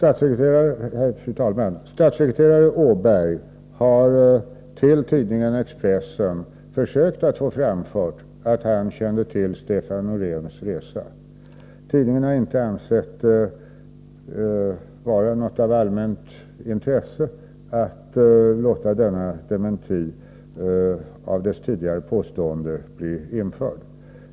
Fru talman! Statssekreterare Åberg har till tidningen Expressen försökt att få framfört att han kände till Stefan Noreéns resa. Tidningen har inte ansett det vara av allmänt intresse att låta denna dementi av dess tidigare påståenden bli införd.